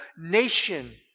nation